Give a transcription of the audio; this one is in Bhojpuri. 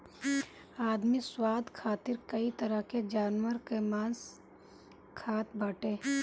आदमी स्वाद खातिर कई तरह के जानवर कअ मांस खात बाटे